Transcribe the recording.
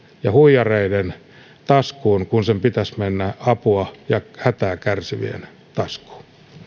ja huijareiden taskuun kun sen pitäisi mennä apua ja hätää kärsivien taskuun